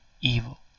evil